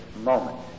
moment